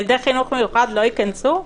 ילדי חינוך מיוחד לא ייכנסו?